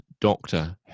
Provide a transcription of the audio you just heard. Doctor